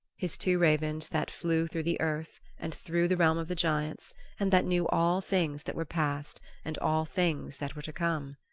his two ravens that flew through the earth and through the realm of the giants and that knew all things that were past and all things that were to come.